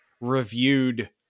reviewed